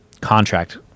contract